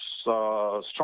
strong